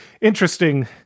interesting